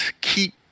keep